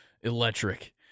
electric